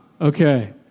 Okay